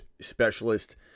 specialist